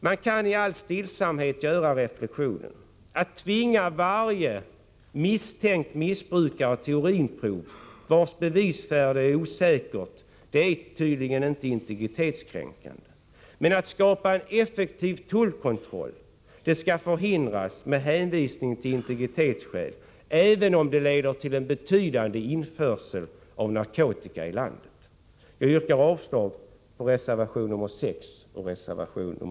Man kan i all stillsamhet göra reflexionen: att tvinga varje misstänkt missbrukare till urinprov, vars bevisvärde är osäkert, är tydligen inte integritetskränkande, men att skapa en effektiv tullkontroll skall förhindras med hänvisning till integritetsskäl, även om det leder till en betydande införsel av narkotika i landet. Jag yrkar avslag på reservationerna 6 och 7.